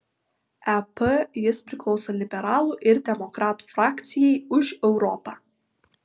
ep jis priklauso liberalų ir demokratų frakcijai už europą